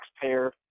taxpayer